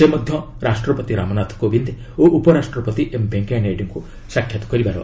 ସେ ମଧ୍ୟ ରାଷ୍ଟ୍ରପତି ରାମନାଥ କୋବିନ୍ଦ ଓ ଉପରାଷ୍ଟ୍ରପତି ଏମ୍ ଭେଙ୍କିୟା ନାଇଡ଼ୁଙ୍କୁ ସାକ୍ଷାତ କରିବେ